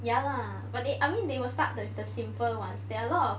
ya lah but they I mean they will start the simple ones there are a lot of